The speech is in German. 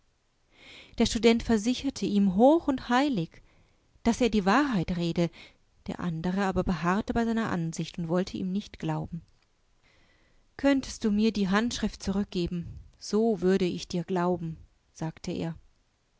der student versicherte ihm hoch und heilig daß er die wahrheit rede der andereaberbeharrtebeiseineransichtundwollteihmnichtglauben könntest du mir die handschrift zurückgeben so würde ich dir glauben sagteer er